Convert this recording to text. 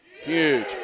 huge